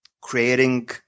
creating